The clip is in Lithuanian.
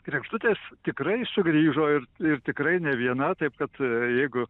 kregždutės tikrai sugrįžo ir ir tikrai ne viena taip kad jeigu